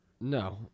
No